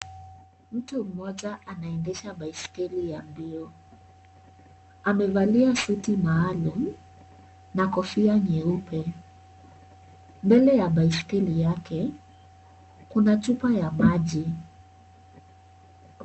Mtu mmoja anaendesha baiskeli ya mbio. Amevalia suti maaalum na kofia nyeupe Mbele ya baiskeli yake kuna chupa ya maji